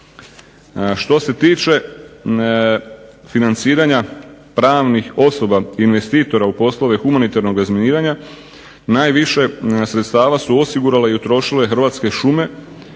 Što se tiče financiranja pravnih osoba, investitora u poslove humanitarnog razminiranja najviše sredstava su osigurale i utrošile Hrvatske šume